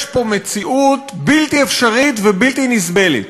יש פה מציאות בלתי אפשרית ובלתי נסבלת,